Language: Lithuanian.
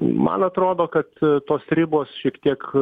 man atrodo kad tos ribos šiek tiek